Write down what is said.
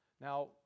Now